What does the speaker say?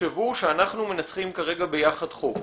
תחשבו שאנחנו מנסחים כרגע ביחד חוק.